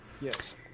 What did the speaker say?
Yes